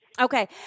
Okay